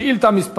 שאילתה מס'